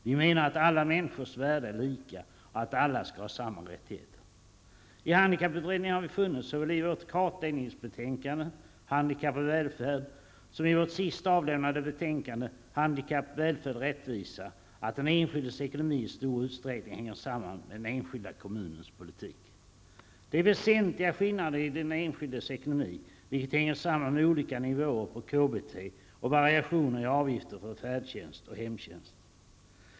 Vi menar att alla människors värde är lika och att alla skall ha samma rättigheter. Vi i handikapputredningen har funnit -- och det framgår såväl av vårt kartläggningsbetänkande ''Handikapp och välfärd'' som av vårt senaste avlämnade betänkande ''Handikapp, välfärd, rättvisa'' -- att den enskildes ekonomi i stor utsträckning hänger samman med den enskilda kommunens politik. Det finns väsentliga skillnader i fråga om den enskildes ekonomi, och det hänger samman med olika nivåer på KBT och med variationer i avgifter för färdtjänst och hemtjänst.